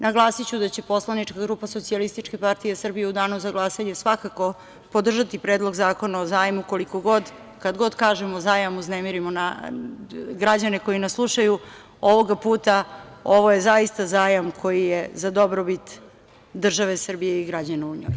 Naglasiću da će poslanička grupa SPS u danu za glasanje svakako podržati Predlog zakona o zajmu koliko god, a kad god kažemo zajam uznemirimo građane koji nas slušaju, ovoga puta ovo je zaista zajam koji je za dobrobit države Srbije i građana u njoj.